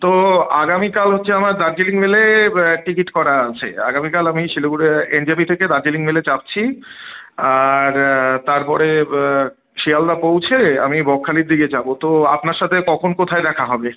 তো আগামীকাল হচ্ছে আমার দার্জিলিং মেলে টিকিট করা আছে আগামীকাল আমি শিলিগুড়ি এন জে পি থেকে দার্জিলিং মেলে চাপছি আর তার পরে শিয়ালদা পৌঁছে আমি বকখালির দিকে যাব তো আপনার সাথে কখন কোথায় দেখা হবে